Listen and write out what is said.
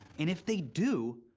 and if they do,